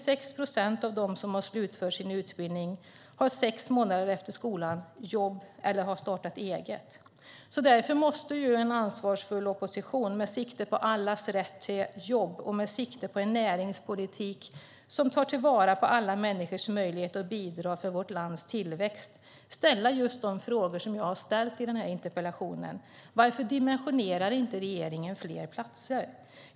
Sex månader efter skolan har 86 procent av dem som slutfört sin utbildning jobb eller har startat eget. Därför måste en ansvarsfull opposition med sikte på allas rätt till jobb och med sikte på en näringspolitik som tar till vara alla människors möjlighet att bidra till vårt lands tillväxt ställa just de frågor som jag har ställt i den här interpellationen. Varför dimensionerar inte regeringen fler platser?